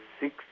six